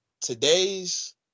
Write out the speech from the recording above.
today's